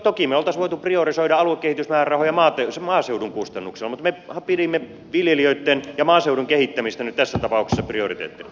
toki me olisimme voineet priorisoida aluekehitysmäärärahoja maaseudun kustannuksella mutta me pidimme viljelijöitten ja maaseudun kehittämistä nyt tässä tapauksessa prioriteettina